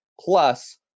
plus